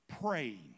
praying